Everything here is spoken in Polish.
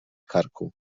karku